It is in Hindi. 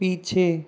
पीछे